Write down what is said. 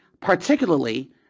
particularly